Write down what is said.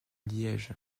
liège